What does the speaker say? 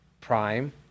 prime